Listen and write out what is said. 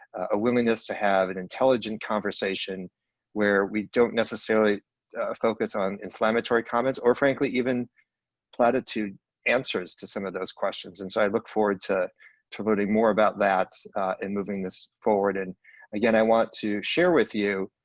a willingness to have an and intelligent conversation where we don't necessarily focus on inflammatory comments or frankly even platitude answers to some of those questions. and so i look forward to to learning more about that in moving this forward. and again, i want to share with you